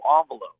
envelope